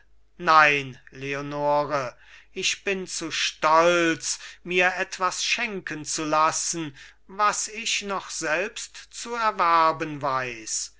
nein leonore ich bin zu stolz mir etwas schenken zu lassen was ich noch selbst zu erwerben weiß